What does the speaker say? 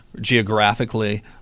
Geographically